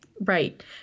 Right